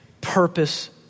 purpose